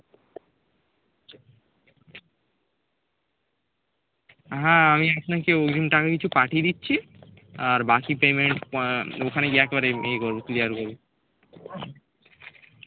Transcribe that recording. হ্যাঁ আমি আপনাকে ওজনটা আমি কিছু পাঠিয়ে দিচ্ছি আর বাকি পেমেন্ট ওখানে গিয়ে একবারে ইয়ে করবো ক্লিয়ার করবো